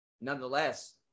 nonetheless